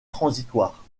transitoire